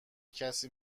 کسی